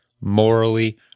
morally